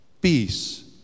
peace